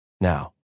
now